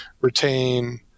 retain